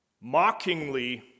mockingly